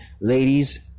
ladies